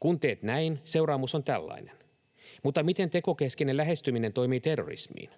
kun teet näin, seuraamus on tällainen. Mutta miten tekokeskeinen lähestyminen toimii terrorismiin?